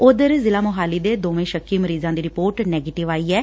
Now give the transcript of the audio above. ਉਧਰ ਜ਼ਿਲ੍ਹਾ ਮੋਹਾਲੀ ਦੇ ਦੋਵੇਂ ਸ਼ੱਕੀ ਮਰੀਜ਼ਾਂ ਦੀ ਰਿਪੋਰਟ ਨੈਗੇਟਿਵ ਆਈ ਐ